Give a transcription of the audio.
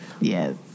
Yes